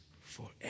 forever